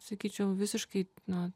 sakyčiau visiškai nuo